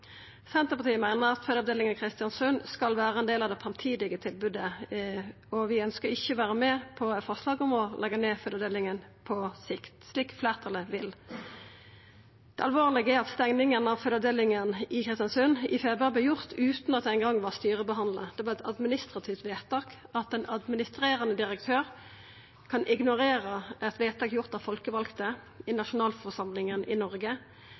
Senterpartiet meiner at fødeavdelinga i Kristiansund skal vera ein del av det framtidige tilbodet, og vi ønskjer ikkje å vera med på eit forslag om å leggja ned fødeavdelinga på sikt, slik fleirtalet vil. Det alvorlege er at stenginga av fødeavdelinga i Kristiansund i februar vart gjort utan at det eingong var styrebehandla, det var eit administrativt vedtak. At ein administrerande direktør kan ignorera eit vedtak gjort av folkevalde i nasjonalforsamlinga i Noreg,